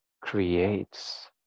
creates